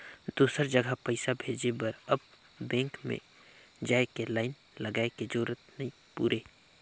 दुसर जघा पइसा भेजे बर अब बेंक में जाए के लाईन लगाए के जरूरत नइ पुरे